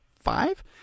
five